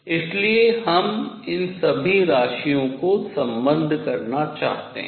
इसलिए हम इन सभी राशियों को संबद्ध करना चाहते हैं